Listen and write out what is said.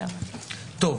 טוב.